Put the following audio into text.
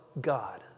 God